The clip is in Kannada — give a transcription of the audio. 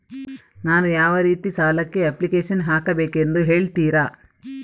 ನಾನು ಯಾವ ರೀತಿ ಸಾಲಕ್ಕೆ ಅಪ್ಲಿಕೇಶನ್ ಹಾಕಬೇಕೆಂದು ಹೇಳ್ತಿರಾ?